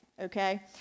okay